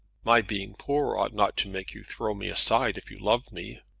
my being poor ought not to make you throw me aside if you loved me.